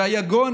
והיגון,